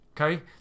Okay